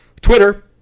twitter